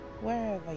wherever